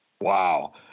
Wow